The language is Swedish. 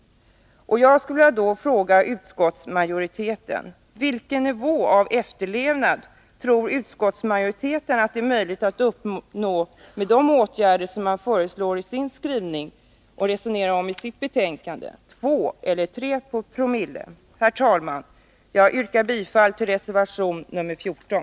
Jag skulle därför vilja fråga utskottsmajoriteten: Vilken nivå av efterlevnad tror utskottsmajoriteten att det är möjligt att uppnå med de åtgärder som man föreslår i sin skrivning och resonerar om i betänkandet — 2 eller 3 Jc? Herr talman! Jag yrkar bifall till reservation nr 14.